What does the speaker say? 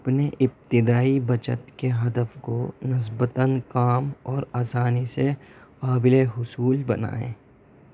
اپنے ابتدائی بچت کے ہدف کو نسبتاً کام اور آسانی سے قابل حصول بنائیں